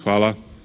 Hvala.